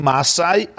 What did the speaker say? Masai